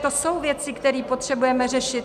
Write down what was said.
To jsou věci, které potřebujeme řešit.